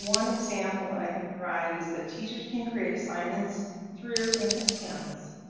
one example that i can provide is that teachers can create assignments through infinite campus,